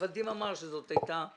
ודים אמר שזאת הייתה תקלה.